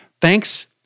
Thanks